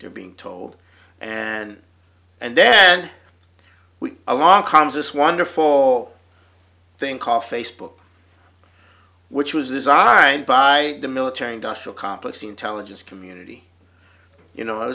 they're being told and and then we along comes this wonderful thing called facebook which was designed by the military industrial complex the intelligence community you know i